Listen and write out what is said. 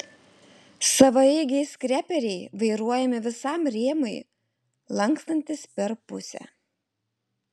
savaeigiai skreperiai vairuojami visam rėmui lankstantis per pusę